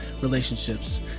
relationships